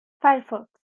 firefox